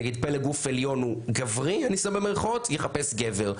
נגיד פלג גוף עליון הוא "גברי" יחפש גבר,